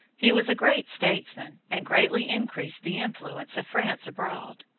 he was a great statesman, and greatly increased the influence of france abroad.